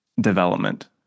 Development